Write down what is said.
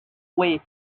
way